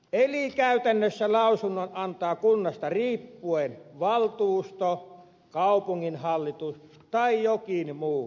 eli käytännössä lausunnon antaa kunnasta riippuen valtuusto kaupunginhallitus tai jokin muu kokoonpano